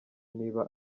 niba